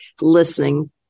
listening